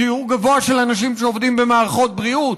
שיעור גבוה של אנשים שעובדים במערכות בריאות,